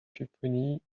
pupponi